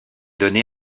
donnée